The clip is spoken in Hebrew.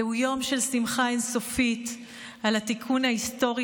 זהו יום של שמחה אין-סופית על התיקון ההיסטורי